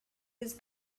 his